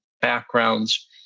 backgrounds